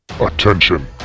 Attention